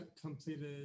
completed